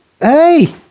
Hey